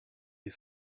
les